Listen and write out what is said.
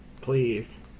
Please